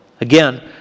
Again